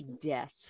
death